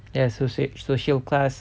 ya social social class